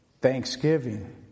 Thanksgiving